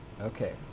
Okay